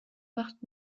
macht